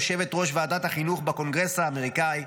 יושבת-ראש ועדת החינוך בקונגרס האמריקאי,